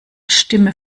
stimme